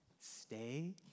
stay